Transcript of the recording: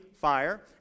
fire